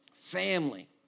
Family